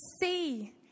see